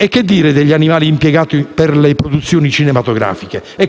E che dire degli animali impiegati per le produzioni cinematografiche? A